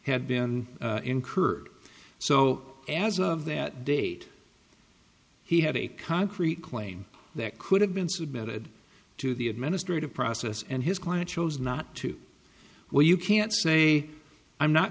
had been incurred so as of that date he had a concrete claim that could have been submitted to the administrative process and his client chose not to well you can't say i'm not